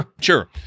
Sure